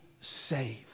saved